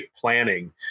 planning